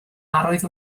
arwydd